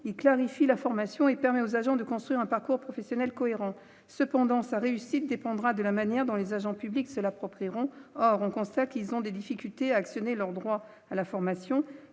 il clarifie la formation et permet aux agents de construire un parcours professionnel cohérent cependant sa réussite dépendra de la manière dont les agents publics se l'approprier en or, on constate qu'ils ont des difficultés à actionner leur droit à la formation,